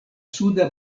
suda